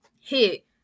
hit